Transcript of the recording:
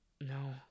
No